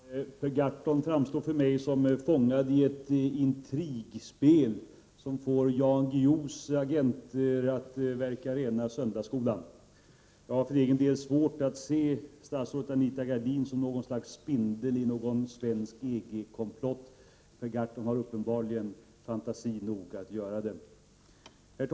Herr talman! Per Gahrton framstår för mig som fångad i ett intrigspel, som får bedrifterna av Jan Guillous agenter att verka rena söndagsskolan. Jag har för egen del svårt att se statsrådet Anita Gradin som något slags spindel i en svensk EG-komplott. Per Gahrton har uppenbarligen fantasi nog att göra det.